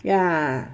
ya